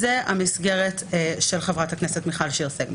זאת המסגרת של הצעת חברת הכנסת מיכל שיר סגמן.